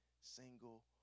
single